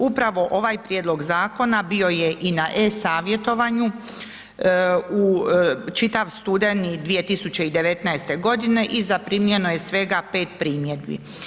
Upravo ovaj prijedlog zakona bio je i na e-Savjetovanju čitav studeni 2019. godine i zaprimljeno je svega pet primjedbi.